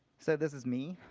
so this is me.